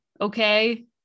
okay